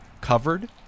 covered